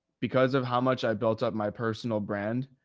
because of how much i built up my personal brand.